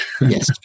yes